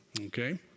Okay